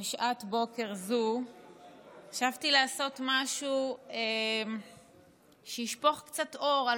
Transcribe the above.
בשעת בוקר זו חשבתי לעשות משהו שישפוך קצת אור על